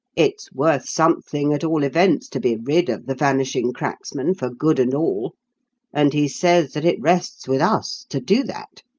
it's worth something, at all events, to be rid of the vanishing cracksman for good and all and he says that it rests with us to do that.